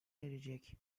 erecek